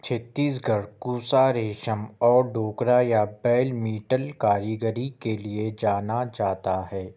چھتیس گڑھ کوسا ریشم اور ڈوکرا یا بیل میٹل کاریگری کے لیے جانا جاتا ہے